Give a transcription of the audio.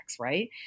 right